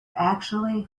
actually